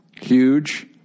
huge